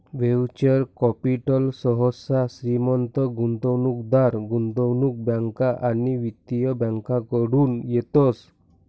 venture capital सहसा श्रीमंत गुंतवणूकदार, गुंतवणूक बँका आणि वित्तीय बँकाकडतून येतस